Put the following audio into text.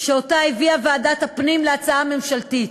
שהביאה ועדת הפנים להצעה הממשלתית.